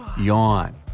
yawn